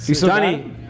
Danny